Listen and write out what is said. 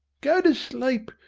go to sleep.